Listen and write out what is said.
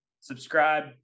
subscribe